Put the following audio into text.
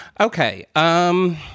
Okay